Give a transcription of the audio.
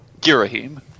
Girahim